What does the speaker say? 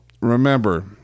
remember